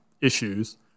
issues